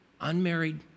unmarried